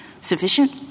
sufficient